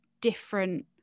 different